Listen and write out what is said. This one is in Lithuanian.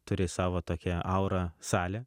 turi savo tokia aurą salė